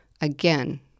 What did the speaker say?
again